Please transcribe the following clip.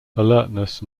alertness